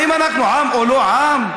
אם אנחנו עם או לא עם?